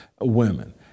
Women